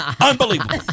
Unbelievable